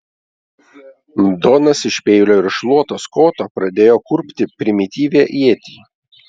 donas iš peilio ir šluotos koto pradėjo kurpti primityvią ietį